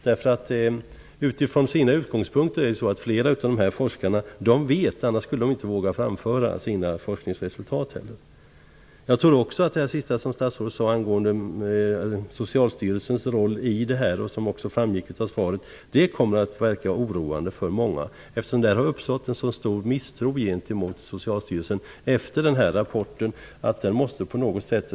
Flera av dessa forskare vet utifrån sina utgångspunkter annars skulle de inte våga framföra sina forskningsresultat. Jag tror också att det sista som statsrådet sade angående Socialstyrelsens roll - det framgick också av svaret - kommer att verka oroande för många. Det har uppstått en stor misstro gentemot Socialstyrelsen efter den här rapporten. Den måste repareras på något sätt.